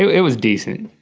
it was decent.